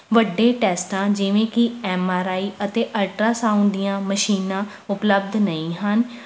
ਵੱਡੇ ਟੈਸਟਾਂ ਜਿਵੇਂ ਕਿ ਐੱਮ ਆਰ ਆਈ ਅਤੇ ਅਲਟਰਾਸਾਊਂਡ ਦੀਆਂ ਮਸ਼ੀਨਾਂ ਉਪਲਬਧ ਨਹੀਂ ਹਨ